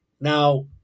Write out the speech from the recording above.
Now